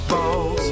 Balls